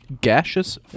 Gaseous